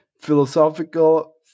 philosophical